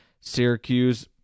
Syracuse